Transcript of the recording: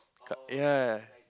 ya